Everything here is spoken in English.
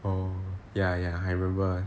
oh ya ya I remember